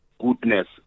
goodness